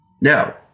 Now